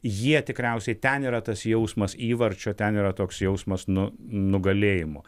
jie tikriausiai ten yra tas jausmas įvarčio ten yra toks jausmas nu nugalėjimo